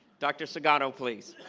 doctor cigar oh please